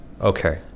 okay